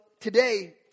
today